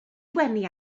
wenu